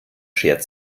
schert